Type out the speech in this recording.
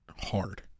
hard